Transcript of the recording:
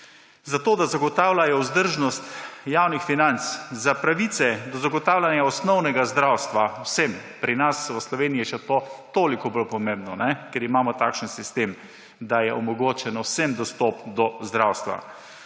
»Zato da zagotavljajo vzdržnost javnih financ, za pravice do zagotavljanja osnovnega zdravstva vsem.« Pri nas, v Sloveniji je to še toliko bolj pomembno, ker imamo takšen sistem, da je vsem omogočen dostop do zdravstva.